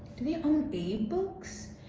do they own abe books,